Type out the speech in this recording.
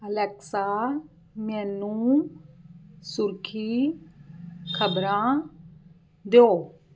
Alexa ਮੈਨੂੰ ਸੁਰਖੀ ਖ਼ਬਰਾਂ ਦਿਓ